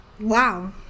wow